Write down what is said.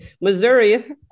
Missouri